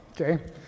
okay